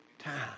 time